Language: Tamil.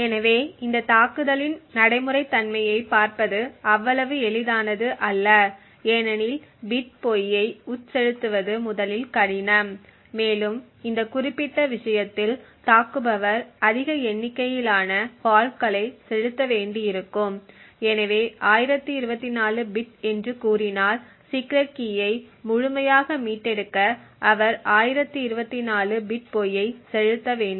எனவே இந்த தாக்குதலின் நடைமுறைத்தன்மையைப் பார்ப்பது அவ்வளவு எளிதானது அல்ல ஏனெனில் பிட் பொய்யை உட்செலுத்துவது முதலில் கடினம் மேலும் இந்த குறிப்பிட்ட விஷயத்தில் தாக்குபவர் அதிக எண்ணிக்கையிலான ஃபால்ட்களை செலுத்த வேண்டியிருக்கும் எனவே 1024 பிட் என்று கூறினால் சீக்ரெட் கீயை முழுமையாக மீட்டெடுக்க அவர் 1024 பிட் பொய்யை செலுத்த வேண்டும்